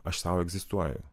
aš sau egzistuoju